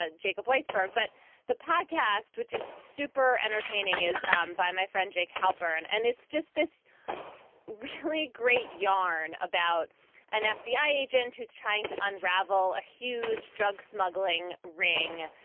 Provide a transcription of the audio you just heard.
ah jacob weisberg. but the podcast, which is super entertaining, is um by my friend jake halpern. and it's just this really great yarn about an fbi agent who's trying to unravel a huge drug smuggling ring.